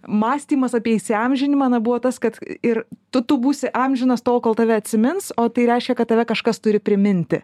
mąstymas apie įsiamžinimą na buvo tas kad ir tu tu būsi amžinas tol kol tave atsimins o tai reiškia kad tave kažkas turi priminti